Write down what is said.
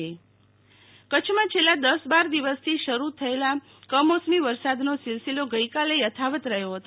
શીતલ વૈશ્નવ કમોસમી વરસાદ કચ્છમાં છેલ્લા દસબાર દિવસથી શરૂ થયેલા કમોસમી વરસાદનો સિલસિલો ગઈકાલે યથાવત રહ્યો હતો